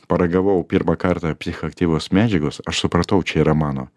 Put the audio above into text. paragavau pirmą kartą psichoaktyvios medžiagos aš supratau čia yra mano